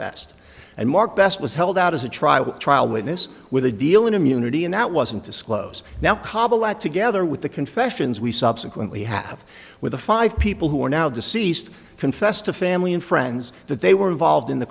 best and mark best was held out as a trial trial witness with a deal in immunity and that wasn't disclose now kabul that together with the confessions we subsequently have with the five people who are now deceased confessed to family and friends that they were involved in the